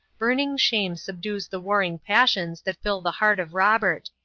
burning shame subdues the warring passions that fill the heart of robert,